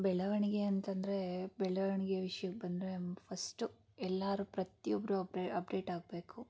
ಬೆಳವಣಿಗೆ ಅಂತಂದರೆ ಬೆಳವಣಿಗೆ ವಿಷ್ಯಕ್ಕೆ ಬಂದರೆ ಫಸ್ಟು ಎಲ್ಲರೂ ಪ್ರತಿಯೊಬ್ರು ಅಪ್ಡೇ ಅಪ್ಡೇಟ್ ಆಗಬೇಕು